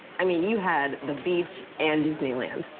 i mean, you had the beach and disneyland.